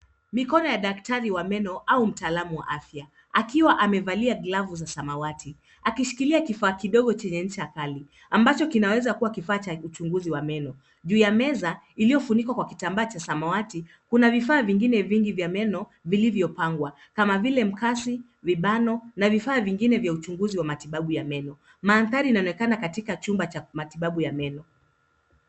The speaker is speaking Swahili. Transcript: Mikono ya daktari wa meno au mtaalamu wa afya, akiwa amevalia glavu za samawati, inashikilia kifaa kidogo chenye ncha kali ambacho huenda ni cha uchunguzi wa meno. Juu ya meza iliyofunikwa kwa kitambaa cha samawati, kuna vifaa vingine vingi vya meno vilivyopangwa, kama vile mkasi, vibano na vifaa vingine vya uchunguzi na matibabu ya meno. Mandhari yanaonekana kuwa katika chumba cha matibabu ya meno.